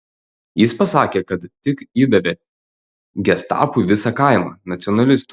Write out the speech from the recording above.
jis pasakė kad tik įdavė gestapui visą kaimą nacionalistų